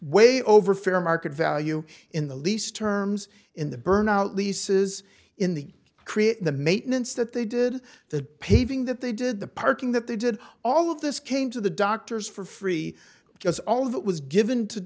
way over fair market value in the lease terms in the burned out leases in the create the maintenance that they did the paving that they did the parking that they did all of this came to the doctors for free because all that was given to